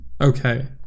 okay